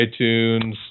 iTunes